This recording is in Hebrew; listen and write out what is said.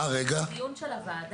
אוקיי, זה דיון של הוועדה.